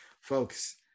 Folks